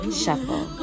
shuffle